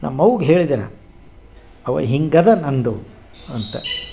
ನಮ್ಮ ಅವ್ಗೆ ಹೇಳಿದೆ ನಾ ಅವ್ವ ಹಿಂಗದೆ ನನ್ನದು ಅಂತ